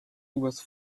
was